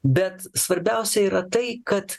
bet svarbiausia yra tai kad